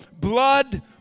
blood